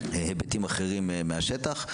היבטים אחרים מהשטח,